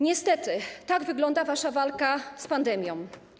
Niestety tak wygląda wasza walka z pandemią.